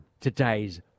Today's